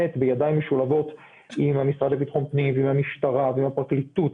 בידיים משולבות עם המשרד לביטחון הפנים ועם המשטרה ועם הפרקליטות,